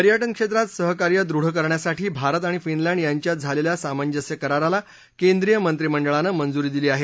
पर्यटन क्षेत्रात सहकार्य दृढ करण्यासाठी भारत आणि फिनलँड यांच्यात झालेल्या सामंजस्य कराराला केंद्रीय मंत्रीमंडळानं मंजूरी दिली आहे